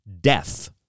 Death